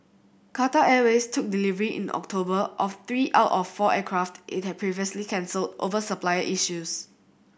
Qatar Airways took delivery in October of three out of four aircraft it had previously cancelled over supplier issues